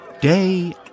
Day